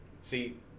See